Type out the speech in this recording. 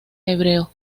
hebreo